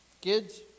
kids